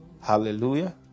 Hallelujah